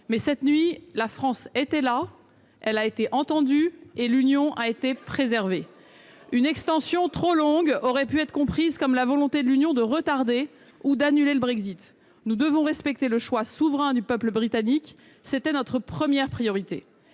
Mais, cette nuit, la France a été entendue et l'Union européenne a été préservée. Une extension trop longue aurait pu être comprise comme la volonté de l'Union de retarder ou d'annuler le Brexit. Nous devons respecter le choix souverain du peuple britannique. C'était notre première priorité.